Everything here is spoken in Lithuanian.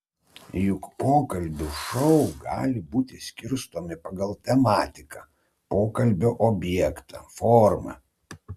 juk pokalbių šou gali būti skirstomi pagal tematiką pokalbio objektą formą